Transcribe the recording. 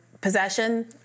possession